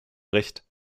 recht